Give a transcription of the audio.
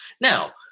now